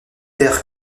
der